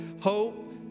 hope